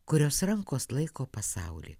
kurios rankos laiko pasaulį